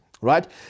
right